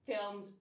filmed